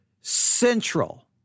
central